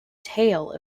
tale